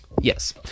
yes